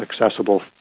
accessible